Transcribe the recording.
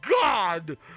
God